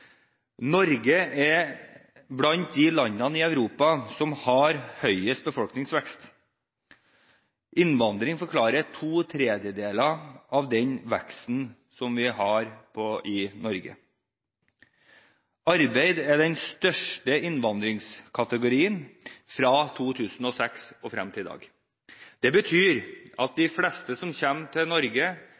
Norge er blant de landene i Europa som har størst befolkningsvekst. Innvandring forklarer to tredjedeler av den veksten som vi har i Norge. Arbeidsinnvandring er den største innvandringskategorien fra 2006 og frem til i dag. Det betyr at de fleste som kommer til Norge gjennom innvandring, er arbeidsinnvandrere som ønsker å jobbe i Norge.